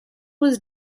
was